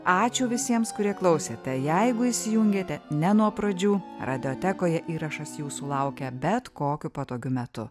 ačiū visiems kurie klausėte jeigu įsijungėte ne nuo pradžių radiotekoje įrašas jūsų laukia bet kokiu patogiu metu